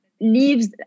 leaves